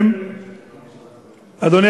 גברתי